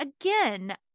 again